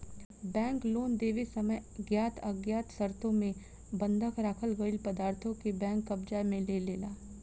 bank loan देवे समय ज्ञात अज्ञात शर्तों मे बंधक राखल गईल पदार्थों के बैंक कब्जा में लेलेला